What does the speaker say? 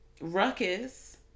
ruckus